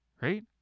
right